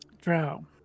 Drow